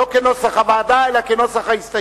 לא כנוסח הוועדה, אלא כנוסח ההסתייגות.